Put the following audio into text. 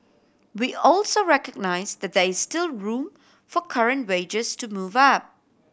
we also recognised that there is still room for current wages to move up